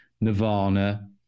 Nirvana